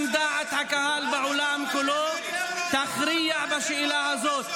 גם דעת הקהל בעולם כולו תכריע בשאלה הזאת.